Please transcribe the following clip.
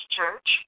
Church